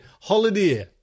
Holiday